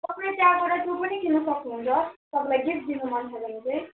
तपाईँले त्यहाँबाट त्यो पनि किन्नु सक्नुहुन्छ तपाईँलाई गिफ्ट दिनु मनपऱ्यो भने चाहिँ